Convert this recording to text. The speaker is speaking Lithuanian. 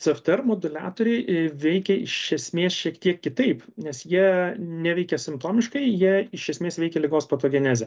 cftr moduliatoriai veikia iš esmės šiek tiek kitaip nes jie neveikia simptomiškai jie iš esmės veikia ligos patogenezę